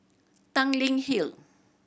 Tanglin Hill